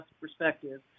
perspective